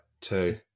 two